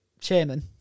chairman